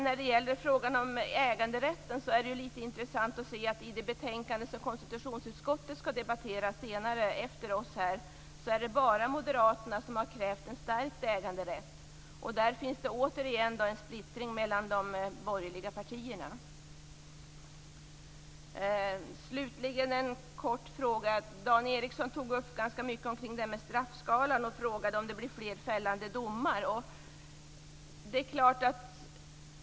När det gäller frågan om äganderätten är det intressant att se att det i det betänkande från konstitutionsutskottet som skall debatteras efter detta bara är moderaterna som har krävt en stärkt äganderätt. Där finns återigen en splittring mellan de borgerliga partierna. Dan Ericsson tog upp straffskalan och frågade om det kommer att bli fler fällande domar.